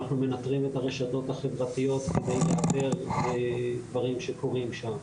אנחנו מנטרים את הרשתות החברתיות כדי לאתר דברים שקורים שם.